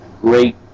great